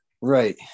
Right